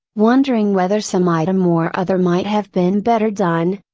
wondering whether some item or other might have been better done,